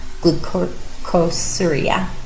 glucosuria